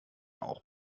auch